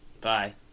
Bye